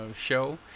show